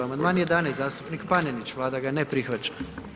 Amandman 11. zastupnik Panenić, Vlada ne prihvaća.